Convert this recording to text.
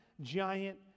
giant